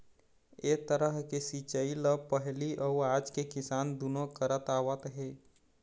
ए तरह के सिंचई ल पहिली अउ आज के किसान दुनो करत आवत हे